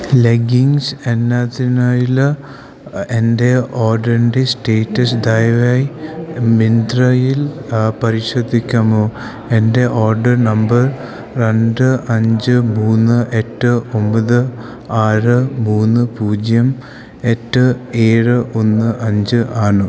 leggings എന്നതിനായിള്ള എൻ്റെ ഓഡറിൻ്റെ സ്റ്റേറ്റസ് ദയവായി മിന്ത്രയിൽ പരിശോധിക്കാമോ എൻ്റെ ഓർഡർ നമ്പർ രണ്ട് അഞ്ച് മൂന്ന് എട്ട് ഒമ്പത് ആറ് മൂന്ന് പൂജ്യം എട്ട് ഏഴ് ഒന്ന് അഞ്ച് ആണ്